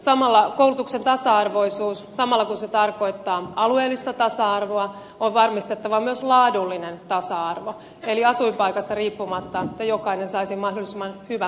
samalla kun koulutuksen tasa arvoisuus tarkoittaa alueellista tasa arvoa on varmistettava myös laadullinen tasa arvo eli se että asuinpaikasta riippumatta jokainen saisi mahdollisimman hyvä